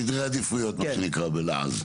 סדרי עדיפויות מה שנקרא בלעז.